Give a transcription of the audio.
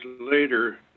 later